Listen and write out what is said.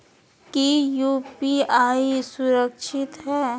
की यू.पी.आई सुरक्षित है?